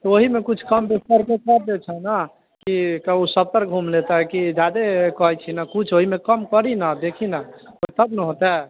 ओहिमे कुछ कम बेस करिके तब दय छऽ ने की कहुँ सभतरि घूम लेतै कि जादे कहै छी ने किछु ओहिमे किछु कम करि ने देखि ने तब ने होतै